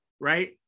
right